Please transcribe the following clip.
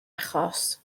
achos